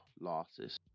losses